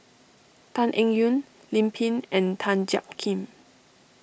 Tan Eng Yoon Lim Pin and Tan Jiak Kim